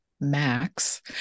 Max